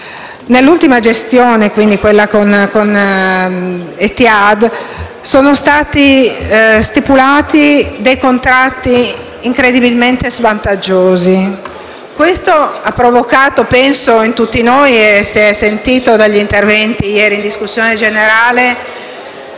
Nell'ultima gestione con Etihad sono stati stipulati dei contratti incredibilmente svantaggiosi. Ciò ha provocato in tutti noi - si è sentito negli interventi in discussione generale